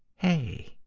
hey.